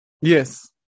Yes